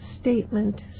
statement